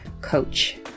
coach